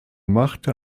machte